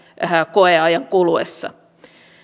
koeajan kuluessa